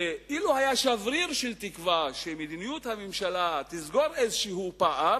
שאילו היה שבריר של תקווה שמדיניות הממשלה תסגור איזשהו פער,